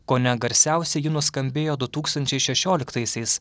kone garsiausiai nuskambėjo du tūkstančiai šešioliktaisiais